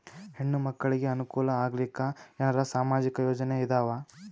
ಹೆಣ್ಣು ಮಕ್ಕಳಿಗೆ ಅನುಕೂಲ ಆಗಲಿಕ್ಕ ಏನರ ಸಾಮಾಜಿಕ ಯೋಜನೆ ಇದಾವ?